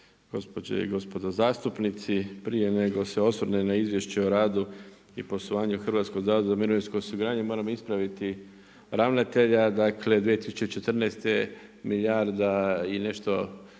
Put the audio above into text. gospođo i gospodo zastupnici. Prije nego se osvrnem na izvješće o radu i poslovanju Hrvatskog zavoda za mirovinskog osiguranje, moram ispraviti ravnatelja, dakle 2014. milijarda i nešto